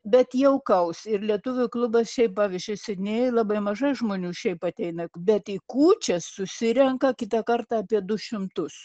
bet jaukaus ir lietuvių klubas šiaip pavyzdžiui sidnėjuj labai mažai žmonių šiaip ateina bet į kūčias susirenka kitą kartą apie du šimtus